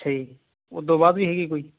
ਅੱਛਾ ਜੀ ਉਦੋਂ ਬਾਅਦ ਵੀ ਹੈਗੀ ਕੋਈ